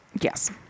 Yes